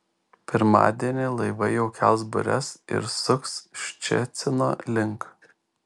pirmadienį laivai jau kels bures ir suks ščecino link